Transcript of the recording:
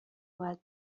باید